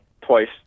twice